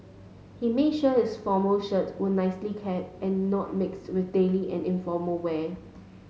he made sure his formal shirts were nicely kept and not mixed with daily and informal wear